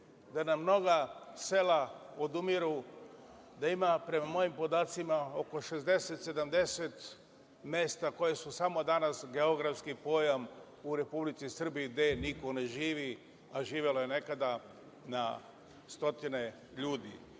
da nam mnoga sela odumiru, da ima, prema mojim podacima, oko 60, 70 mesta koja su samo danas geografski pojam u Republici Srbiji, gde niko ne živi, a živelo je nekada na stotine ljudi.